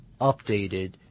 updated